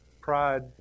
pride